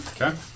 Okay